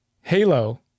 Halo